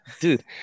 Dude